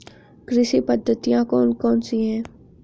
कृषि पद्धतियाँ कौन कौन सी हैं?